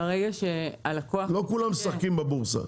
לא כולם משחקים בבורסה.